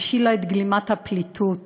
השילה את גלימת הפליטות